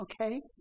okay